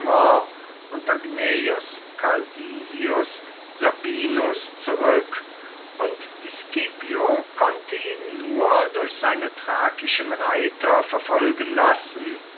unter gnaeus calvisius sabinus zurück und scipio konnte ihn nur durch seine thrakischen reiter verfolgen lassen